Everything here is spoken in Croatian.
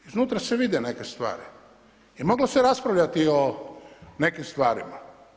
Iznutra se vide neke stvari i moglo se raspravljati o nekim stvarima.